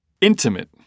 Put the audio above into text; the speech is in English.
intimate